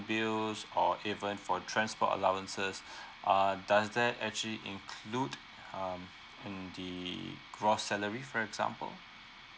bills or even for transport allowances uh does that actually include um in the uh gross salary for example